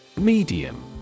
Medium